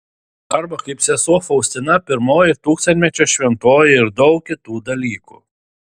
arba kad sesuo faustina pirmoji tūkstantmečio šventoji ir daug kitų dalykų